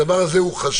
הדבר הזה חשוב.